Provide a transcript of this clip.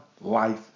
life